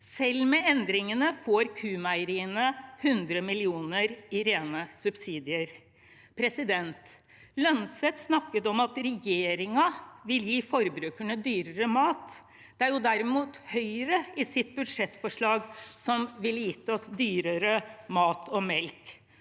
Selv med endringene får Q-Meieriene 100 mill. kr i rene subsidier. Representanten Lønseth snakket om at regjeringen vil gi forbrukerne dyrere mat. Det er derimot Høyre i sitt budsjettforslag som ville gitt oss dyrere mat og melk.